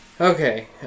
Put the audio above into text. Okay